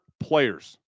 players